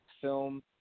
film